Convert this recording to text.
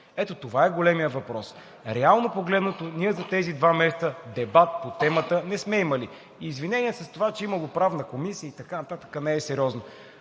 ето това е големият въпрос. Реално погледнато, ние за тези два месеца дебат по темата не сме имали. Извинение с това, че имало Правна комисия и така нататък не е сериозно.